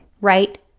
right